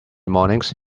mornings